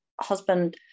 husband